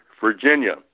Virginia